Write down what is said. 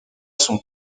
son